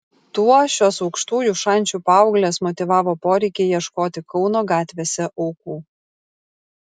tuo šios aukštųjų šančių paauglės motyvavo poreikį ieškoti kauno gatvėse aukų